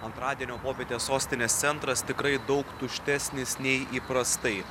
antradienio popietę sostinės centras tikrai daug tuštesnis nei įprastai